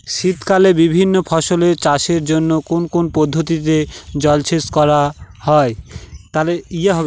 শীতকালে বিভিন্ন ফসলের চাষের জন্য কোন কোন পদ্ধতিতে জলসেচ করা হয়?